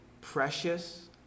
precious